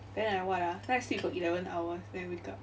then I what ah then I sleep for eleven hours then I wake up